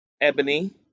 Ebony